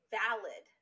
valid